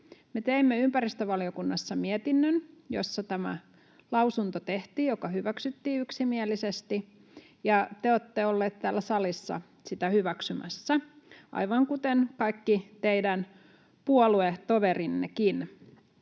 teimme ympäristövaliokunnassa mietinnön, jossa tämä lausunto tehtiin. Se hyväksyttiin yksimielisesti, ja te olette ollut täällä salissa sitä hyväksymässä, aivan kuten kaikki teidän puoluetoverinnekin.